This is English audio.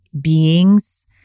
beings